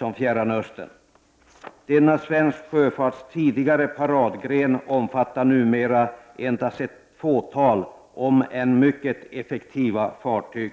och Fjärran Östern. Denna svensk sjöfarts tidigare paradgren omfattar numera endast ett fåtal, om än mycket effektiva, fartyg.